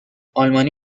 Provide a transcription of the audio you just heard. آلمانی